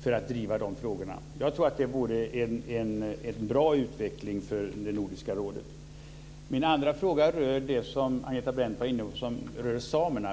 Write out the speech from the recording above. för att driva de frågorna? Jag tror att det vore en bra utveckling för Nordiska rådet. Min andra fråga rör det som Agneta Brendt tog upp om samerna.